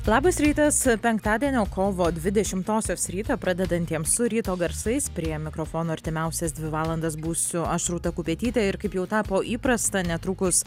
labas rytas penktadienio kovo dvidešimtosios rytą pradedantiems su ryto garsais prie mikrofono artimiausias dvi valandas būsiu aš rūta kupetytė ir kaip jau tapo įprasta netrukus